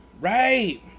Right